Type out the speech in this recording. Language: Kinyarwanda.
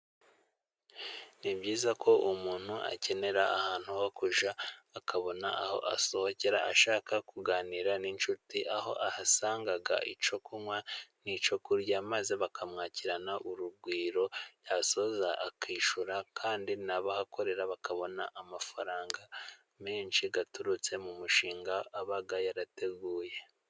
Nibyizako umuntu akenera ahantu hokujya, akabona aho asohokera, ashaka kuganira n'inshuti, aho ahasanga icyo kunywa nicyo kurya, maze bakamwakira na urugwiro, yasoza akishyura kandi nabahakorera bakabona amafaranga menshi, aturutse mu mushinga aba yarateguye.